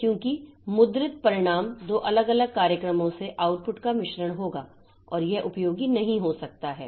क्योंकि मुद्रित परिणाम दो अलग अलग कार्यक्रमों से आउटपुट का मिश्रण होगा और यह उपयोगी नहीं हो सकता है